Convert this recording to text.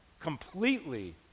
completely